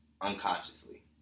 unconsciously